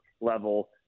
level